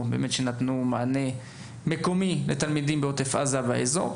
שנתנו מענה מקומי לתלמידים בעוטף עזה והאזור.